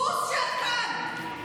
בוז שאת כאן.